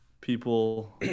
people